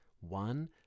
One